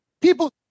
People